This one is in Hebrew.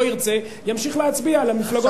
לא ירצה, ימשיך להצביע למפלגות האחרות.